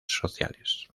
sociales